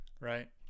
right